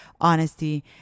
honesty